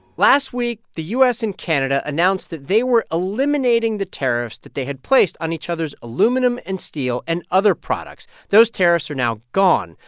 last week, the u s. and canada announced that they were eliminating the tariffs that they had placed on each other's aluminum and steel and other products. those tariffs are now gone.